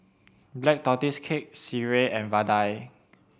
Black Tortoise Cake Sireh and Vadai